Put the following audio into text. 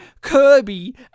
Kirby